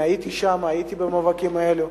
הייתי שם, הייתי במאבקים האלה.